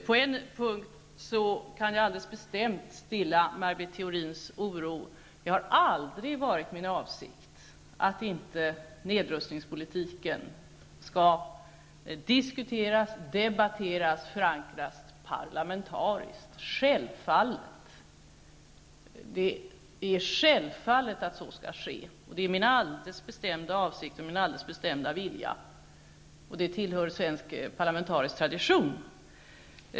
På en punkt kan jag bestämt stilla Maj Britt Theorins oro. Det har aldrig varit min avsikt att nedrustningspolitiken inte skall diskuteras, debatteras och förankras parlamentariskt. Det är självklart att så skall ske. Det är mina alldeles bestämda avsikter och min bestämda vilja, samtidigt som det tillhör svensk parlamentarisk tradition.